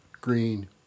green